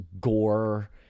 gore